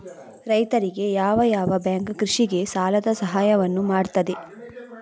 ರೈತರಿಗೆ ಯಾವ ಯಾವ ಬ್ಯಾಂಕ್ ಕೃಷಿಗೆ ಸಾಲದ ಸಹಾಯವನ್ನು ಮಾಡ್ತದೆ?